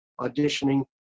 auditioning